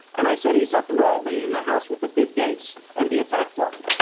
and i said, he's up in all the in the house with the big gates and the attack dog.